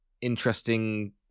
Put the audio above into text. interesting